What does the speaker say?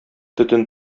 төтен